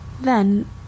Then